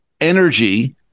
energy